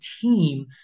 team